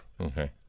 Okay